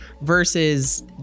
versus